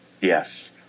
Yes